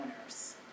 owners